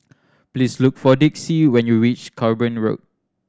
please look for Dixie when you reach Cranborne Road